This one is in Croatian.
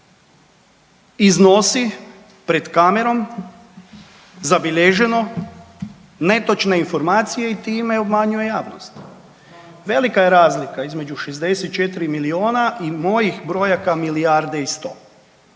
iznosi pred kamerom, zabilježeno netočne informacije i time obmanjuje javnost. Velika je razlika između 64 milijuna i mojih brojaka milijarde i 100.